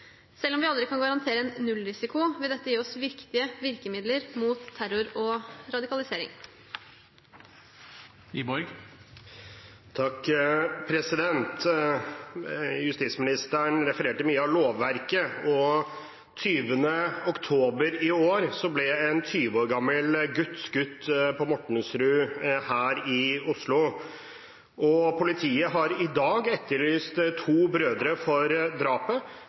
Selv om vi aldri kan garantere en «null-risiko», vil dette gi oss viktige virkemidler mot terror og radikalisering. Justisministeren refererte mye av lovverket, og 20. oktober i år ble en 20 år gammel gutt skutt på Mortensrud her i Oslo. Politiet har i dag etterlyst to brødre for drapet.